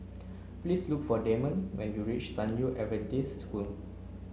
please look for Damond when you reach San Yu Adventist School